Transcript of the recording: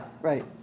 right